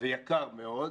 ויקר מאוד.